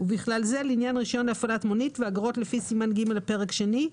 ובכלל זה לעניין רישיון להפעלת מונית ואגרות לפי סימן ג' לפרק השני ,